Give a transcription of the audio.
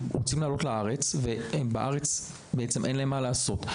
לעלות לארץ, רק שבארץ אין להם מה לעשות.